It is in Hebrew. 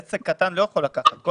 עסק קטן לא יכול לקחת הלוואת גישור.